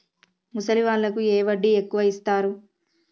ముసలి వాళ్ళకు ఏ వడ్డీ ఎక్కువ ఇస్తారు?